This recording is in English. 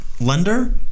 lender